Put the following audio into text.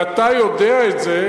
ואתה יודע את זה.